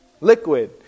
Liquid